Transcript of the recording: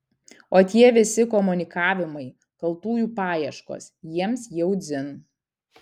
o tie visi komunikavimai kaltųjų paieškos jiems jau dzin